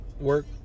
work